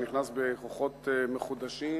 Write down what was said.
שנכנס בכוחות מחודשים,